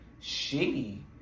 shitty